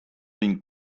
been